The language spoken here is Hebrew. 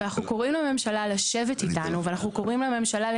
אנחנו קוראים לממשלה לשבת איתנו ולקיים